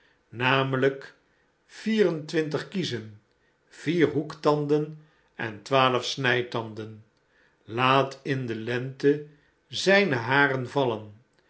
namelijk vier en twintig kiezen vier hoektanden en twaalf snijtanden laat in de lente zijne haren vallen